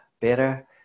better